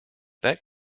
that